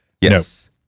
Yes